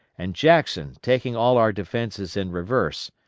and jackson taking all our defences in reverse,